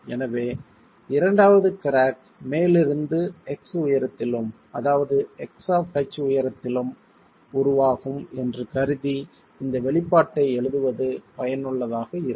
எனவே இரண்டாவது கிராக் மேலிருந்து x உயரத்திலும் அதாவது x ஆப் h உயரத்திலும் உருவாகும் என்று கருதி இந்த வெளிப்பாட்டை எழுதுவது பயனுள்ளதாக இருக்கும்